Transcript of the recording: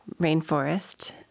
rainforest